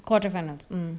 quarter finals mm